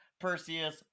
Perseus